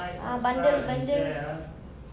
ah bundle bundle